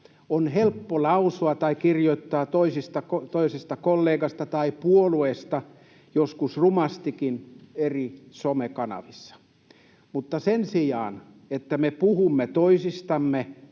On helppo lausua tai kirjoittaa toisesta kollegasta tai puolueesta joskus rumastikin eri somekanavilla, mutta sen sijaan, että me puhumme toisistamme